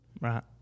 Right